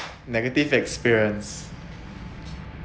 negative experience